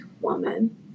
woman